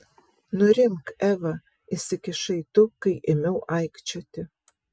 nurimk eva įsikišai tu kai ėmiau aikčioti